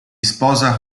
sposa